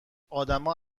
آدما